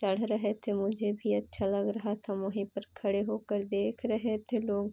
चढ़ रहे थे मुझे भी अच्छा लग रहा था हम वहीं पर खड़े होकर देख रहे थे लोग